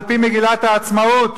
על-פי מגילת העצמאות,